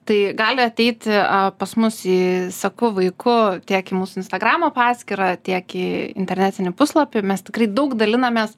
tai gali ateiti pas mus į seku vaiku tiek į mūsų instagramo paskyrą tiek į internetinį puslapį mes tikrai daug dalinamės